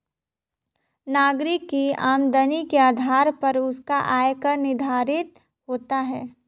नागरिक की आमदनी के आधार पर उसका आय कर निर्धारित होता है